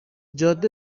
جاده